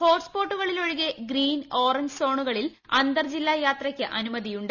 hot സ്പോട്ടുകളിലൊഴികെ green orange സോണുകളിൽ അന്തർ ജില്ലാ യാത്രയ്ക്ക് അനുമതിയുണ്ട്